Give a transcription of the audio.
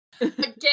Again